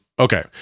Okay